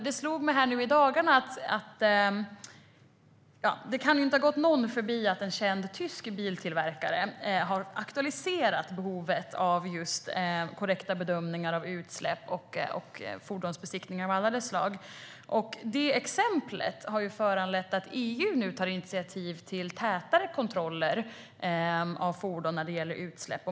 Det kan inte ha gått någon förbi att en känd tysk biltillverkare har aktualiserat behovet av korrekta bedömningar av utsläpp och fordonsbesiktningar av alla de slag. Det har föranlett att EU nu tar initiativ till tätare kontroller av fordon när det gäller utsläpp.